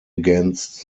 against